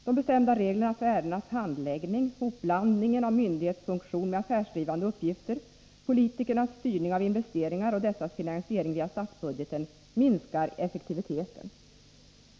De bestämda reglerna för ärendenas handläggning, hopblandningen av myndighetsfunktion med affärsdrivande uppgifter, politikernas styrning av investeringar och dessas finansiering via statsbudgeten minskar effektiviteten.